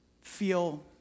feel